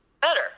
better